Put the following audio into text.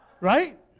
Right